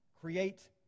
Create